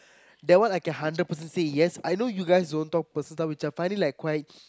that one I can hundred percent say yes I know you guys don't talk person which I find it like quite